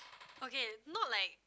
okay not like